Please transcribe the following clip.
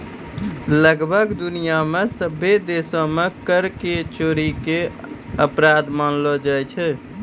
लगभग दुनिया मे सभ्भे देशो मे कर के चोरी के अपराध मानलो जाय छै